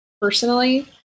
personally